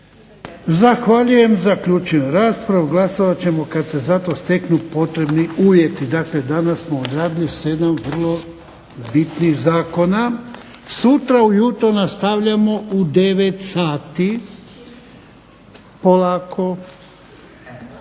Zahvaljujem. Zaključujem raspravu, glasovat ćemo kada se za to steknu potrebni uvjeti. Dakle, danas smo odradili 7 vrlo bitnih zakona. Sutra ujutro nastavljamo u 9 sati, raditi